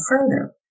further